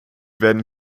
werden